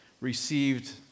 received